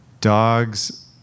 dogs